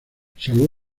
salvó